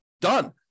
Done